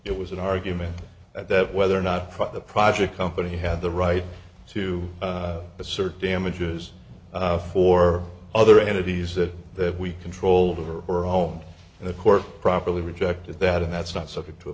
it was an argument that whether or not the project company had the right to assert damages for other entities that that we controlled over or home and the court properly rejected that and that's not subject to